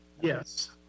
yes